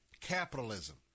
capitalism